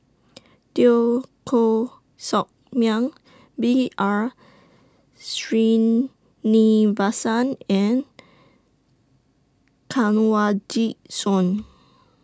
Teo Koh Sock Miang B R Sreenivasan and Kanwaljit Soin